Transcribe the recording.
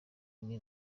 bimwe